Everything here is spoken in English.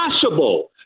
possible